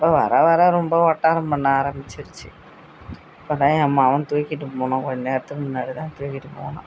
இப்போ வர வர ரொம்ப ஒட்டாரம் பண்ண ஆரம்பிச்சிருச்சு இப்போதான் என் மகன் தூக்கிட்டு போனான் கொஞ்ச நேரத்துக்கு முன்னாடிதான் தூக்கிட்டு போனான்